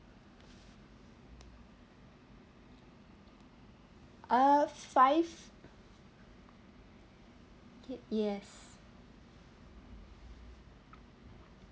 uh five yes